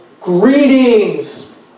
greetings